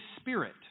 Spirit